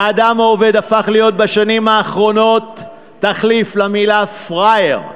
האדם העובד הפך להיות בשנים האחרונות תחליף למילה פראייר,